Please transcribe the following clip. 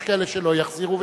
יש כאלה שלא יחזירו,